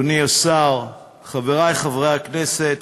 אדוני השר, חברי חברי הכנסת,